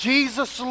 Jesus